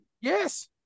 Yes